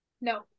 no